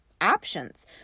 options